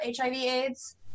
HIV/AIDS